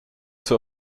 zur